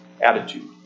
attitude